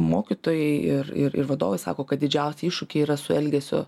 mokytojai ir ir vadovai sako kad didžiausi iššūkiai yra su elgesio